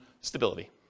stability